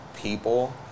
People